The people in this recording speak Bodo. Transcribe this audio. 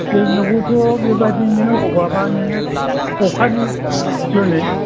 जोंनावबोथ' बेबादिनो अबाबा नोङो अखानि जुनै